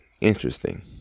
interesting